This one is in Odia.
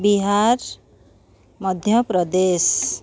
ବିହାର ମଧ୍ୟପ୍ରଦେଶ